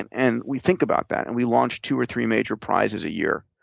and and we think about that, and we launch two or three major prizes a year.